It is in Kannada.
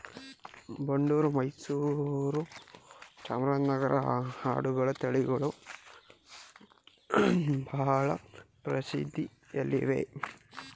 ಬಂಡೂರು, ಮೈಸೂರು, ಚಾಮರಾಜನಗರನ ಆಡುಗಳ ತಳಿಗಳು ಬಹಳ ಪ್ರಸಿದ್ಧಿಯಲ್ಲಿವೆ